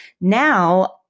Now